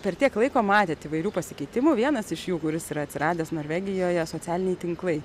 per tiek laiko matėt įvairių pasikeitimų vienas iš jų kuris yra atsiradęs norvegijoje socialiniai tinklai